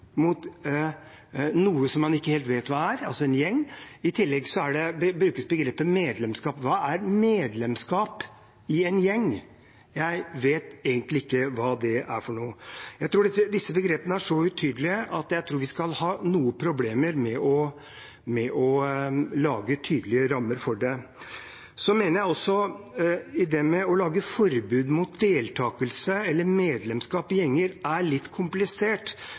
mot noe som man ikke helt vet hva er, altså en gjeng. I tillegg brukes begrepet «medlemskap». Hva er medlemskap i en gjeng? Jeg vet egentlig ikke hva det er for noe. Jeg tror disse begrepene er så utydelige at vi vil ha litt problemer med å lage tydelige rammer for det. Så mener jeg også at ideen med å lage forbud mot deltakelse eller medlemskap i gjenger er litt komplisert,